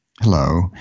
Hello